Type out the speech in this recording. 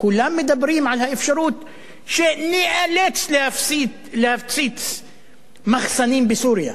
כולם מדברים על האפשרות שניאלץ להפציץ מחסנים בסוריה.